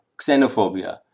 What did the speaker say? xenophobia